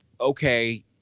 Okay